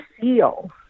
feel